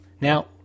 Now